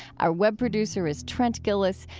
our web producer is trent gilliss.